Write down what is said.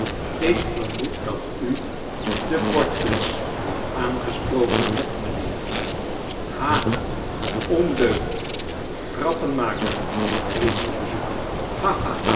ik vermoed dat u de portflesch weer aangesproken hebt mijnheer ha ondeugd grappenmaker i riep de bezoeker